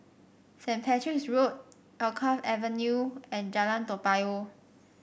Saint Patrick's Road Alkaff Avenue and Jalan Toa Payoh